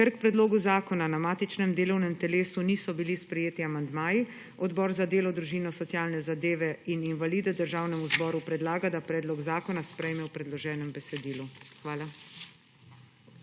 Ker k predlogu zakona na matičnem delovnem telesu niso bili sprejeti amandmaji, Odbor za delo, družino, socialne zadeve in invalide Državnemu zboru predlaga, da predlog zakona sprejme v predloženem besedilu. Hvala.